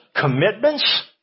commitments